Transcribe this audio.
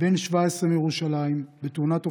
בן 17, מירושלים, בתאונת אופנוע,